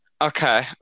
Okay